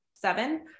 seven